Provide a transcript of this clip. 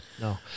No